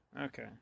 Okay